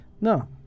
No